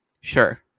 sure